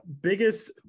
biggest